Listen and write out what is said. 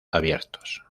abiertos